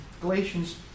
Galatians